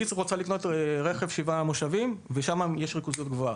רוצה לקנות רכב של שבעה מושבים ושם יש ריכוזיות גבוהה.